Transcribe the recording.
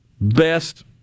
best